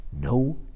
no